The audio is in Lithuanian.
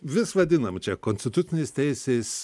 vis vadinam čia konstitucinės teisės